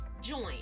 join